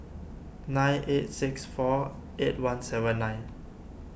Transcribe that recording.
nine eight six four eight one seven nine